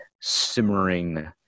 simmering